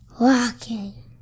walking